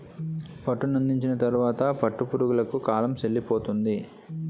పట్టునందించిన తరువాత పట్టు పురుగులకు కాలం సెల్లిపోతుంది